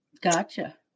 Gotcha